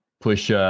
push